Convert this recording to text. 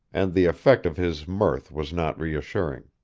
and the effect of his mirth was not reassuring.